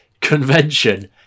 convention